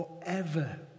forever